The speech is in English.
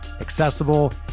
accessible